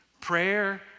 Prayer